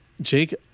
Jake